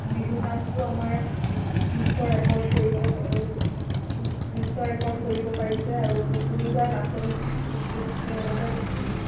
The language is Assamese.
বিহু নাচটো আমাৰ বিশ্ব ৰেকৰ্ড কৰিবলৈ বিশ্ব ৰেকৰ্ড কৰিব পাৰিছে আৰু পঁচিছ হেজাৰ নাচনীক তেওঁলোকে